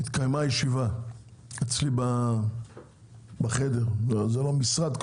התקיימה אצלי בחדר - זה לא כל כך משרד,